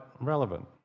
relevant